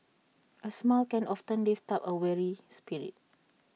A smile can often lift up A weary spirit